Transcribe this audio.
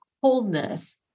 coldness